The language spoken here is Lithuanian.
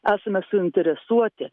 esame suinteresuoti